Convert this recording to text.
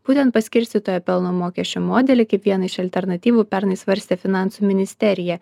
būtent paskirstytojo pelno mokesčio modelį kaip vieną iš alternatyvų pernai svarstė finansų ministerija